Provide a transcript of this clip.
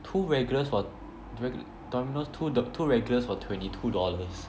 two regulars for regul~ Domino's two two regulars for twenty two dollars